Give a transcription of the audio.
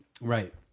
Right